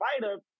fighter